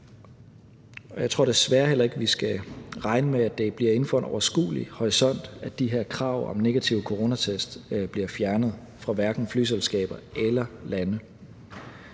Jeg tror desværre heller ikke, at vi skal regne med, at det bliver inden for en overskuelig horisont, at de krav om negativ coronatest bliver fjernet fra flyselskaber eller lande.